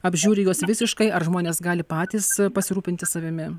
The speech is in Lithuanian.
apžiūri juos visiškai ar žmonės gali patys pasirūpinti savimi